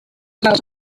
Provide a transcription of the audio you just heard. how